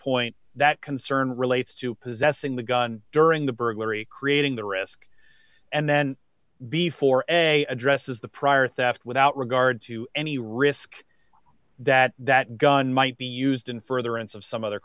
point that concern relates to possessing the gun during the burglary creating the risk and then before a addresses the prior theft without regard to any risk that that gun might be used in further and subside other